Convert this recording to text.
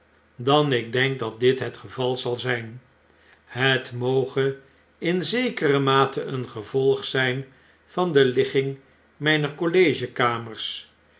dan ik denk dat dit het geval zal zyn het moge in zekere mate een gevolg zyn van de ligging